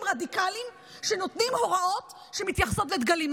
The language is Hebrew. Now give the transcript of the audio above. רדיקליים שנותנים הוראות שמתייחסות לדגלים.